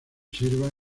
sirva